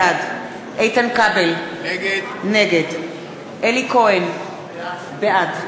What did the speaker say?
בעד איתן כבל, נגד אלי כהן, בעד